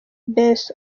bezos